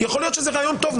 יכול להיות שזה רעיון טוב,